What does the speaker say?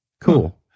cool